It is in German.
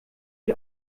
ich